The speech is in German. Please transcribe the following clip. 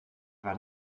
war